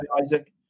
Isaac